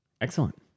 Excellent